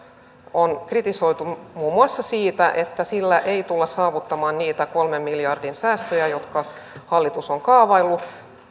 on nyt kritisoitu muun muassa siitä että sillä ei tulla saavuttamaan niitä kolmen miljardin säästöjä joita hallitus on kaavaillut